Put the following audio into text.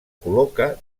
col·loca